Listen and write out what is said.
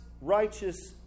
righteous